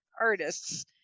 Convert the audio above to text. artists